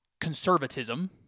conservatism